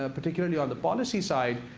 ah particularly on the policy side,